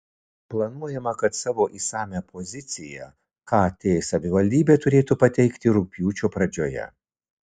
planuojama kad savo išsamią poziciją kt savivaldybė turėtų pateikti rugpjūčio pradžioje